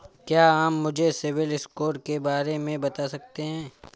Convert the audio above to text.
क्या आप मुझे सिबिल स्कोर के बारे में बता सकते हैं?